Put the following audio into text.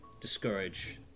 discourage